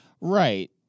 Right